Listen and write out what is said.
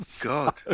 God